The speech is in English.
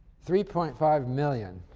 three point five million.